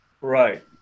Right